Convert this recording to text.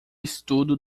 estudo